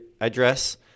address